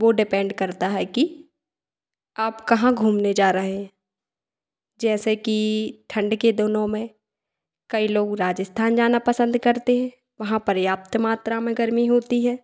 वो डिपेंड करता है कि आप कहाँ घूमने जा रहे हैं जैसे कि ठंड के दिनों में कई लोग राजस्थान जाना पसंद करते हैं वहाँ पर्याप्त मात्रा में गर्मी होती है